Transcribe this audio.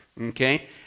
Okay